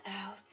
out